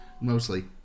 Mostly